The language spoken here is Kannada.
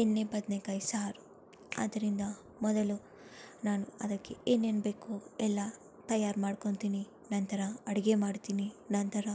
ಎಣ್ಣೆ ಬದನೇಕಾಯಿ ಸಾರು ಅದರಿಂದ ಮೊದಲು ನಾನು ಅದಕ್ಕೆ ಏನೇನು ಬೇಕೋ ಎಲ್ಲ ತಯಾರಿ ಮಾಡ್ಕೊಂತೀನಿ ನಂತರ ಅಡುಗೆ ಮಾಡ್ತಿನಿ ನಂತರ